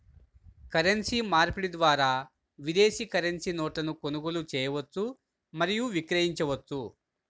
currency మార్పిడి ద్వారా విదేశీ కరెన్సీ నోట్లను కొనుగోలు చేయవచ్చు మరియు విక్రయించవచ్చు